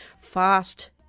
fast